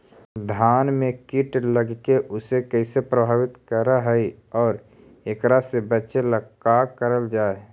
धान में कीट लगके उसे कैसे प्रभावित कर हई और एकरा से बचेला का करल जाए?